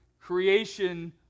Creation